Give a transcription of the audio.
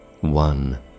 One